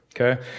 okay